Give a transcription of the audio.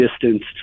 distanced